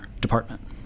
department